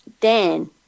Dan